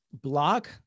block